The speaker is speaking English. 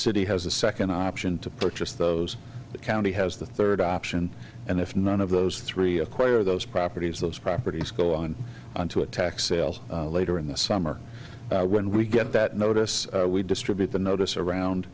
city has a second option to purchase those the county has the third option and if none of those three acquire those properties those properties go on on to attack sales later in the summer when we get that notice we distribute the notice around